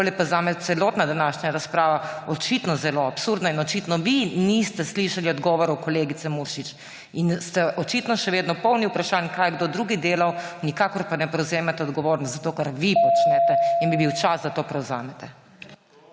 je pa zame celotna današnja razprava očitno zelo absurdna in očitno vi niste slišali odgovorov kolegice Muršič. In ste očitno še vedno polni vprašanj, kaj je kdo drug delal, nikakor pa ne prevzemate odgovornost za to, kar vi počnete. In bi bil čas, da to prevzamete.